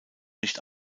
nicht